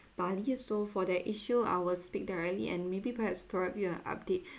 bali so for that issue I will speak directly and maybe perhaps provide you an update